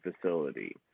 facility